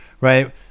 right